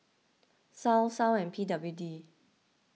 Sal Sal and P W D